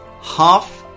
half